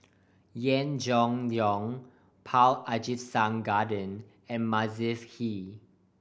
Yee Jenn Jong Paul Abisheganaden and Mavis Hee